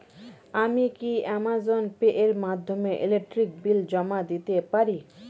আমি কি Amazon Pay এর মাধ্যমে ইলেকট্রিক বিল জমা দিতে পারি?